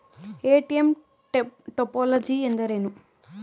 ATM topology ಎಂದರೇನು?